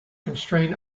constrain